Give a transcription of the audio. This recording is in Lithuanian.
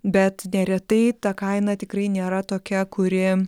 bet neretai ta kaina tikrai nėra tokia kuri